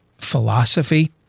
philosophy